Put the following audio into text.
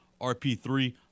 RP3